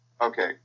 Okay